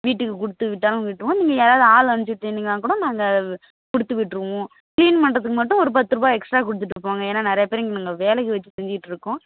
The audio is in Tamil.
வீட்டுக்கு கொடுத்து விட்டாலும் விட்டுருவோம் நீங்கள் யாராவது ஆள் அனுப்ச்சி விட்டுருந்தீங்கனா கூட நாங்கள் கொடுத்து விட்டுருவோம் கிளீன் பண்ணுறதுக்கு மட்டும் ஒரு பத்துரூபா எக்ஸ்ட்ரா கொடுத்துட்டு போங்க ஏன்னா நிறையா பேர் இங்கே நாங்கள் வேலைக்கு வைச்சி செஞ்சுக்கிட்ருக்கோம்